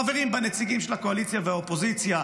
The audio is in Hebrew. חברים בה נציגים של הקואליציה והאופוזיציה,